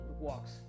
walks